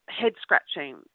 head-scratching